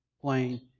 playing